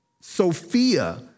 Sophia